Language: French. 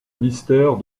mystère